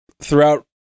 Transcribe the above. throughout